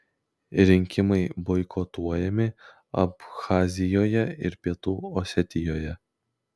rinkimai boikotuojami abchazijoje ir pietų osetijoje